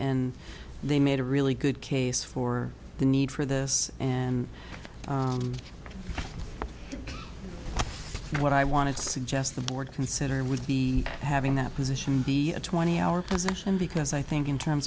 and they made a really good case for the need for this and what i wanted to suggest the board consider would be having that position be a twenty hour position because i think in terms